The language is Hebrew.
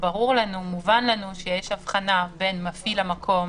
מובן לנו שיש הבחנה בין מפעיל המקום,